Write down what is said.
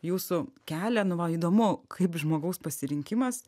jūsų kelią nu man įdomu kaip žmogaus pasirinkimas